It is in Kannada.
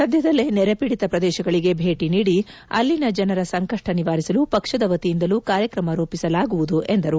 ಸದ್ದದಲ್ಲೇ ನೆರೆ ಪೀಡಿತ ಪ್ರದೇಶಗಳಿಗೆ ಭೇಟಿ ನೀಡಿ ಅಲ್ಲಿನ ಜನರ ಸಂಕಷ್ಟ ನಿವಾರಿಸಲು ಪಕ್ಷದ ವತಿಯಿಂದಲೂ ಕಾರ್ಯಕ್ರಮ ರೂಪಿಸಲಾಗುವುದು ಎಂದರು